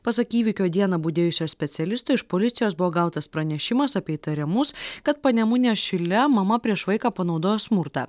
pasak įvykio dieną budėjusio specialisto iš policijos buvo gautas pranešimas apie įtariamus kad panemunės šile mama prieš vaiką panaudojo smurtą